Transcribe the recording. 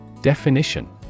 Definition